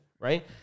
right